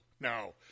No